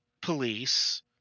police